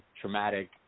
traumatic